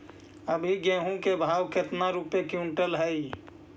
अभी गेहूं के भाव कैसे रूपये क्विंटल हई?